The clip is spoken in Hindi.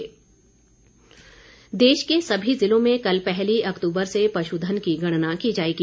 पशुधन देश के सभी ज़िलों में कल पहली अक्तूबर से पशुधन की गणना की जाएगी